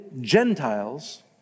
Gentiles